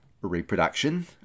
reproduction